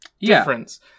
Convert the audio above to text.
difference